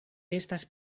estas